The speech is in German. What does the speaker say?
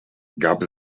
gab